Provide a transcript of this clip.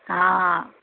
હા